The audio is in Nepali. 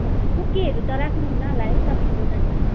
हजुर बुकेहरू त राख्नुहुन्न होला है तपाईँको दोकानमा